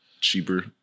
cheaper